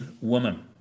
woman